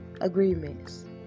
agreements